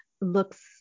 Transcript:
looks